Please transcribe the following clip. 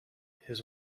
his